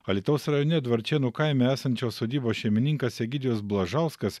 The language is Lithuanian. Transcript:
alytaus rajone dvarčėnų kaime esančios sodybos šeimininkas egidijus blažauskas